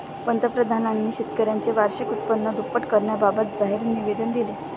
पंतप्रधानांनी शेतकऱ्यांचे वार्षिक उत्पन्न दुप्पट करण्याबाबत जाहीर निवेदन दिले